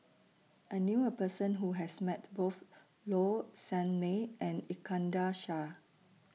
I knew A Person Who has Met Both Low Sanmay and Iskandar Shah